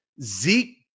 Zeke